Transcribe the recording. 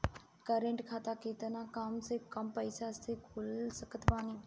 Current खाता केतना कम से कम पईसा से खोल सकत बानी?